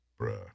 Bruh